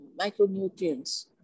micronutrients